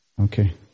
Okay